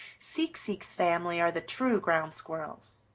seek seek's family are the true ground squirrels.